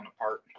apart